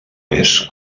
més